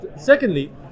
Secondly